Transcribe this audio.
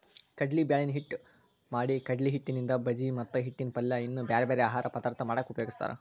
ಕಡ್ಲಿಬ್ಯಾಳಿನ ಹಿಟ್ಟ್ ಮಾಡಿಕಡ್ಲಿಹಿಟ್ಟಿನಿಂದ ಬಜಿ ಮತ್ತ ಹಿಟ್ಟಿನ ಪಲ್ಯ ಇನ್ನೂ ಬ್ಯಾರ್ಬ್ಯಾರೇ ಆಹಾರ ಪದಾರ್ಥ ಮಾಡಾಕ ಉಪಯೋಗಸ್ತಾರ